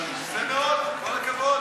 יפה מאוד, כל הכבוד.